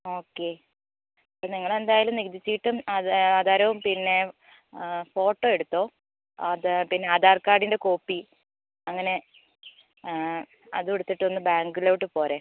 okay അപ്പം നിങ്ങൾ എന്തായാലും നികുതി ചീട്ടും ആ ആധാരവും പിന്നെ ഫോട്ടോ എടുത്തോ അത് പിന്നെ ആധാർ കാർഡിൻ്റ കോപ്പി അങ്ങനെ അതും എടുത്തിട്ടൊന്ന് ബാങ്കിലോട്ട് പോരെ